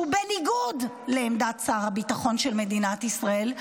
שהוא בניגוד לעמדת שר הביטחון של מדינת ישראל,